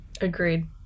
Agreed